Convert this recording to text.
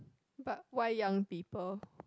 but why young people